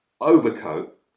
overcoat